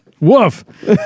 Woof